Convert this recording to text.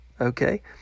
okay